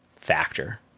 factor